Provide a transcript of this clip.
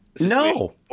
no